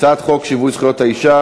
הצעת חוק שיווי זכויות האישה